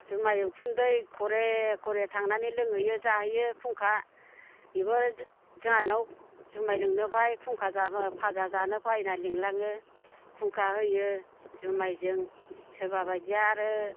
जुमाइ उखुन्दै घरे घरे थांनानै लोंहैयो जाहभाजा जानो फाय होनना लिंलाङो खुंखा होयो जुमाइजों सोरबाबायदिया आरो